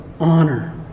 honor